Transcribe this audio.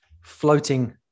floating